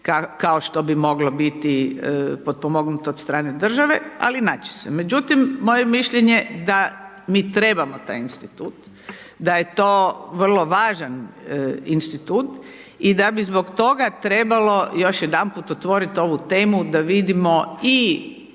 kao što bi moglo biti potpomognuto od strane države ali naći će se. Međutim, moje mišljenje da mi trebamo taj institut, da je to vrlo važan institut i da bi zbog toga trebalo još jedanput otvoriti ovu temu da vidimo i